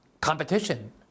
competition